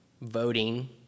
voting